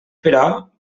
però